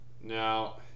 Now